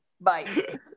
Bye